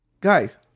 Guys